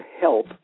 help